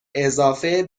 اضافه